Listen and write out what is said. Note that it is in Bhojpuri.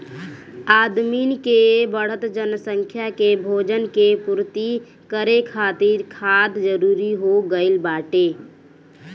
आदमिन के बढ़त जनसंख्या के भोजन के पूर्ति करे खातिर खाद जरूरी हो गइल बाटे